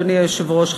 אדוני היושב-ראש,